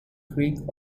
greek